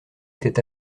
était